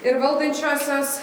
ir valdančiosios